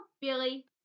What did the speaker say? Billy